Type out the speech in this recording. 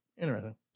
interesting